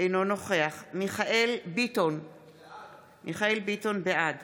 אינו נוכח מיכאל מרדכי ביטון, בעד